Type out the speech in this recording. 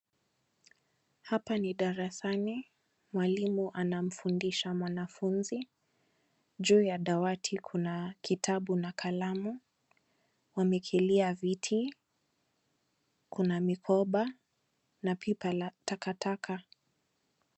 Hapa ni darasani mwalimu anamfundisha mwanafunzi. Juu ya dawati kuna kitabu na kalamu. Wamekalia viti. Kuna mikoba na pipa la takataka.